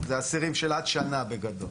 זה אסירים של עד שנה, בגדול.